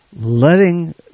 letting